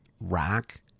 rack